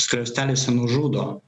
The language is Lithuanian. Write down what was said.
skliausteliuose nužudo